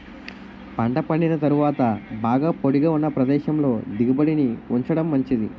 పంట పండిన తరువాత బాగా పొడిగా ఉన్న ప్రదేశంలో దిగుబడిని ఉంచడం మంచిది